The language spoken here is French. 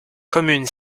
commune